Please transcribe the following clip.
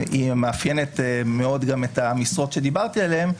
שהיא מאפיינת מאוד גם את המשרות שדיברתי עליהן,